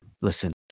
Listen